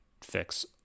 fix